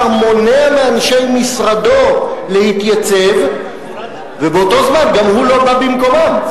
מונע מאנשי משרדו להתייצב ובאותו זמן גם הוא לא בא במקומם,